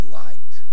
light